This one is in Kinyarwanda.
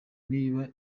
niba